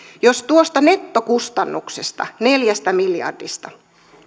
jos tuosta nettokustannuksesta neljästä miljardista